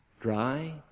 dry